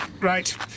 Right